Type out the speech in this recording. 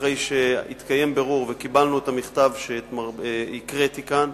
אחרי שהתקיים בירור וקיבלנו את המכתב שהקראתי כאן,